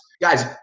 Guys